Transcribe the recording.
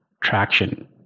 traction